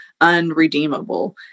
unredeemable